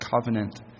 covenant